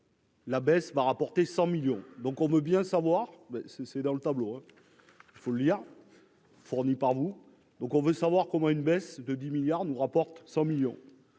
La baisse va rapporter 100 millions donc on veut bien savoir mais c'est c'est dans le tableau, hein, il faut le lire. Fournis par vous, donc on veut savoir comment une baisse de 10 milliards nous rapporte 100 millions